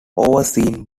overseen